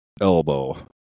elbow